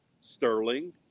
Sterling